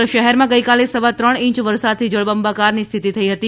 ભાવનગર શહેરમાં ગઇકાલે સવા ત્રણ ઇંચ વરસાદથી જળબંબાકારની સ્થિતિ થઇ હતી